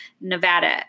Nevada